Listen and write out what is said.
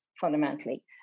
fundamentally